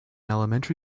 elementary